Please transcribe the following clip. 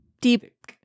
deep